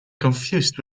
confused